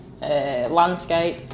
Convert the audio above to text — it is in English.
landscape